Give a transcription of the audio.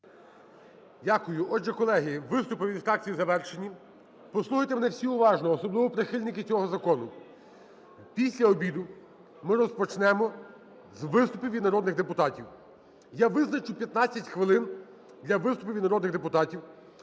Дякую. Отже, колеги, виступи від фракцій завершені. Послухайте мене всі уважно, особливо прихильники цього закону. Після обіду ми розпочнемо з виступів від народних депутатів. Я визначу 15 хвилин для виступів від народних депутатів,